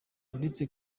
uretse